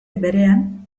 berean